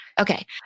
Okay